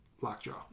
Lockjaw